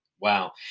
Wow